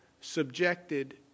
subjected